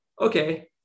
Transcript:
okay